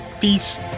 Peace